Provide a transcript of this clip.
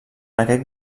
aquest